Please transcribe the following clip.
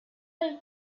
del